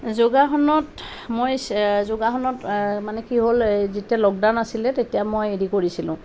যোগাসনত মই যোগাসনত মানে কি হ'ল যেতিয়া লগডাউন আছিলে তেতিয়া মই হেৰি কৰিছিলোঁ